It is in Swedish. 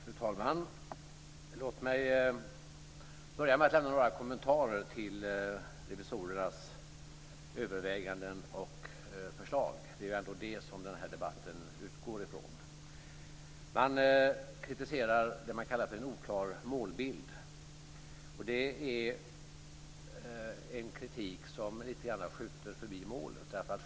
Fru talman! Låt mig börja med att lämna några kommentarer till revisorernas överväganden och förslag. Det är ändå det som den här debatten utgår från. Man kritiserar det man kallar för en oklar målbild. Det är en kritik som lite grann skjuter förbi målet.